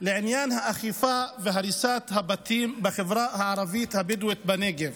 לעניין האכיפה והריסת הבתים בחברה הערבית הבדואית בנגב.